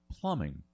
plumbing